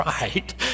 right